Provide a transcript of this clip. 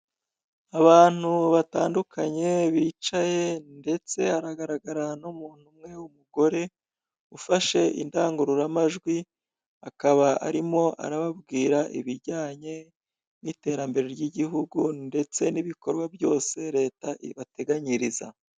Abantu batandukanye bicaye ndetse haragararana n'umuntu umwe, umugore ufashe indangururamajwi akaba arimo arababwira ibijyanye n'iterambere ry'igihugu ndetse n'ibikorwa byose Leta ibateganyiriza.